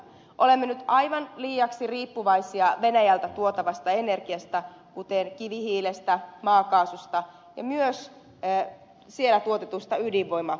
olemme nyt aivan liiaksi riippuvaisia venäjältä tuotavasta energiasta kuten kivihiilestä maakaasusta ja myös siellä tuotetusta ydinvoimaenergiasta